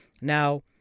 Now